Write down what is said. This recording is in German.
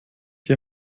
die